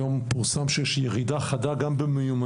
היום פורסם שיש גם ירידה חדה במיומנויות